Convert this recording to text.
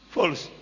False